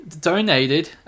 donated